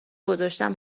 گذاشتم